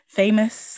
famous